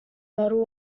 model